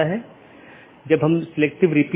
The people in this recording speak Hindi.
यह मूल रूप से स्केलेबिलिटी में समस्या पैदा करता है